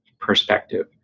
perspective